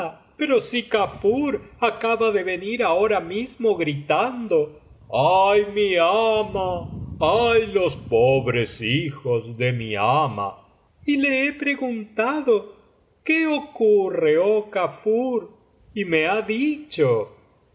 pero si kafur acaba de venir ahora mismo gritando ay mi ama ay los pobres hijos de mi ama y le he preguntado qué ocurre oh kafur y me ha dicho